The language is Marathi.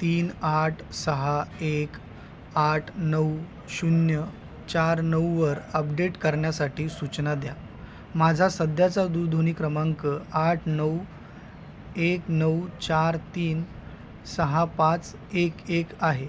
तीन आठ सहा एक आट नऊ शून्य चार नऊवर अपडेट करण्यासाठी सूचना द्या माझा सध्याचा दूरध्वनी क्रमांक आठ नऊ एक नऊ चार तीन सहा पाच एक एक आहे